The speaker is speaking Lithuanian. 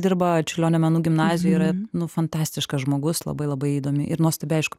dirba čiurlionio menų gimnazijoj yra nu fantastiškas žmogus labai labai įdomi ir nuostabiai aišku